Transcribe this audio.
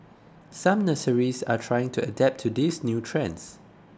some nurseries are trying to adapt to these new trends